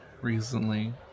recently